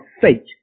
fate